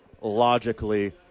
logically